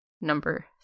number